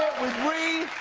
ree.